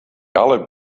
olive